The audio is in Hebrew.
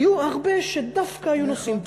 היו הרבה שדווקא היו נוסעים.